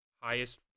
highest